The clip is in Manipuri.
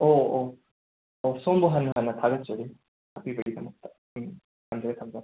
ꯑꯣ ꯑꯣ ꯑꯣ ꯁꯣꯝꯕꯨ ꯍꯟꯅ ꯍꯟꯅ ꯊꯥꯒꯠꯆꯔꯤ ꯍꯥꯏꯕꯤꯕꯒꯤꯗꯃꯛꯇ ꯎꯝ ꯊꯝꯖꯔꯦ ꯊꯝꯖꯔꯦ